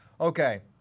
Okay